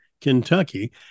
Kentucky